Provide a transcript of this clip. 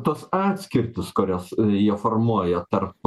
kad tos atskirtys kurias jie formuoja tarp